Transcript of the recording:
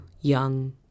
young